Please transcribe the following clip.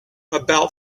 about